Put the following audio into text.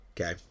Okay